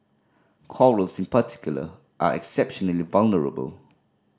corals in particular are exceptionally vulnerable